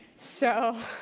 so,